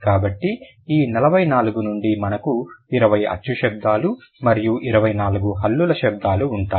కాబట్టి ఈ 44 నుండి మనకు 20 అచ్చు శబ్దాలు మరియు 24 హల్లుల శబ్దాలు ఉంటాయి